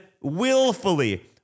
willfully